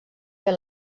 fer